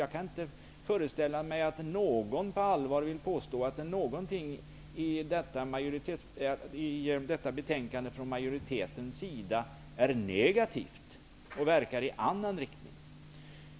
Jag kan inte föreställa mig att någon på allvar vill påstå att någonting i majoritetsskrivningen i utskottsbetänkandet är negativt och verkar i annan riktning.